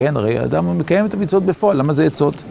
כן, הרי אדם מקיים את המצוות בפועל, למה זה עצות?